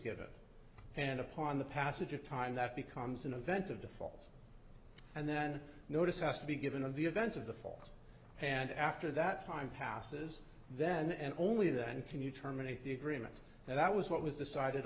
given and upon the passage of time that becomes an event of default and then notice has to be given of the events of the falls and after that time passes then and only then can you terminate the agreement and that was what was decided